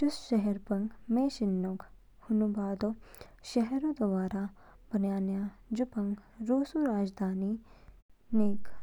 जूसशहर पंग मेंशेनोग। हुनू बादओ, शहरऊ दोबारा बनयाया जू पंग रूसऊ राजधानी निग।